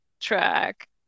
track